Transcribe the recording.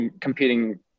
competing